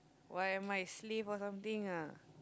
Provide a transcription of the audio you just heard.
what am I slave or something ah